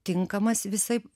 tinkamas visaip